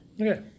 Okay